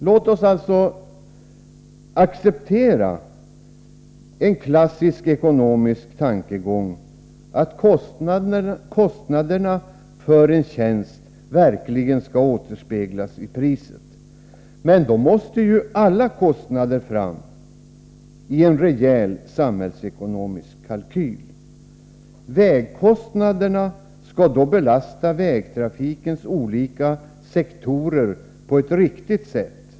Låt oss alltså acceptera en klassisk ekonomisk tankegång, att kostnaderna för en tjänst verkligen skall återspeglas i priset. Men i så fall måste alla kostnader fram i en rejäl samhällsekonomisk kalkyl. Vägkostnaderna skall då belasta vägtrafikens olika sektorer på ett riktigt sätt.